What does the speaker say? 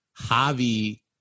Javi